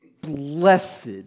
Blessed